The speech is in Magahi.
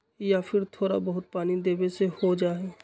या फिर थोड़ा बहुत पानी देबे से हो जाइ?